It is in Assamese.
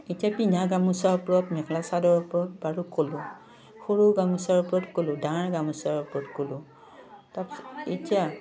এতিয়া পিন্ধা গামোচাৰ ওপৰত মেখেলা চাদৰ ওপৰত বাৰু ক'লোঁ সৰু গামোচাৰ ওপৰত ক'লো ডাঙৰ গামোচাৰ ওপৰত ক'লোঁ তাৰপিছত এতিয়া